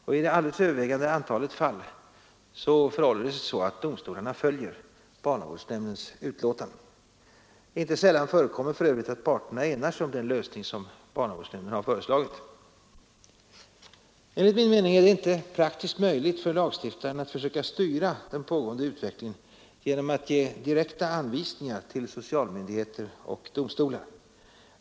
I det alldeles övervägande antalet fall förhåller det sig så att domstolarna följer barnavårdsnämndernas utlåtanden. Inte sällan förekommer för övrigt att parterna enar sig om den lösning som barnavårdsnämnderna har föreslagit. Enligt min mening är det inte praktiskt möjligt för lagstiftarna att försöka styra den pågående utvecklingen genom att ge direkta anvisningar till socialmyndigheter och domstolar.